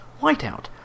Whiteout